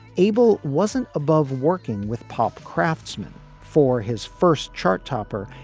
abel wasn't above working with pop craftsmen for his first chart topper.